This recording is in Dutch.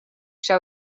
zou